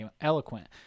eloquent